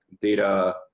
data